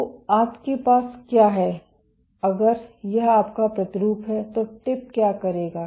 तो आपके पास क्या है अगर यह आपका प्रतिरूप है तो टिप क्या करेगा